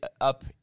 up